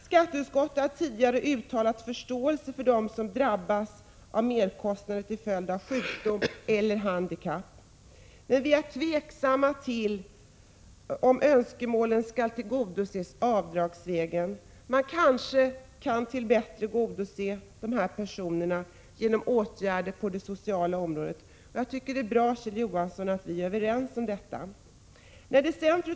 Skatteutskottet har tidigare uttalat förståelse för dem som drabbats av merkostnader till följd av sjukdom eller handikapp, men vi är tveksamma till att önskemålen skall tillgodoses avdragsvägen. Man kan kanske bättre tillgodose dessa personer genom åtgärder på det sociala området. Jag tycker att det är bra, Kjell Johansson, att vi är överens om detta. Fru talman!